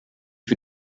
für